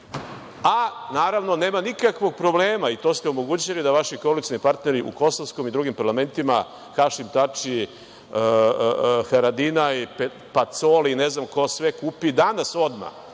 a naravno nema nikakvog problema i to ste omogućili da vaši koalicioni partneri u kosovskom i drugim parlamentima, Hašim Tači, Haradinaj, Pacoli, ne znam ko sve, kupi danas odmah